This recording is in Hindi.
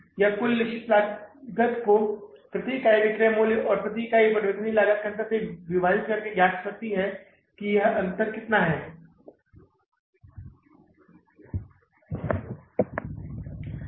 यह कुल निश्चित लागत को प्रति इकाई विक्रय मूल्य और प्रति इकाई परिवर्तनीय लागत के अंतर से विभाजित करके ज्ञात हो सकती है तो यह अंतर कितना है